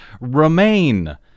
Remain